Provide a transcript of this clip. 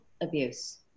abuse